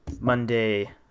Monday